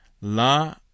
la